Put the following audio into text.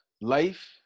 life